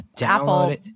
Apple